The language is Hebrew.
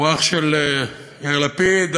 היה אח של יאיר לפיד,